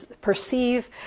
perceive